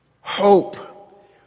Hope